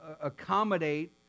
accommodate